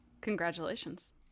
Congratulations